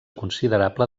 considerable